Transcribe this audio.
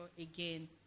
again